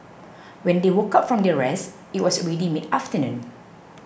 when they woke up from their rest it was already mid afternoon